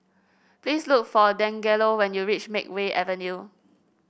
please look for Dangelo when you reach Makeway Avenue